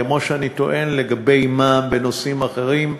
כמו שאני טוען לגבי מע"מ בנושאים אחרים,